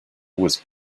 was